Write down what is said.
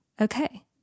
Okay